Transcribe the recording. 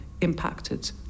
impacted